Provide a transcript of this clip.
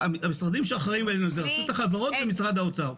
המשרדים שאחראים עלינו, רשות החברות ומשרד האוצר.